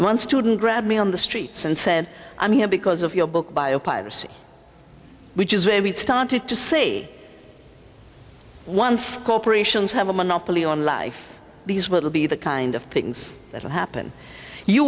one student grabbed me on the streets and said i'm here because of your book bio piracy which is where we started to say once corporations have a monopoly on life these will be the kind of things that will happen you